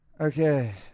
Okay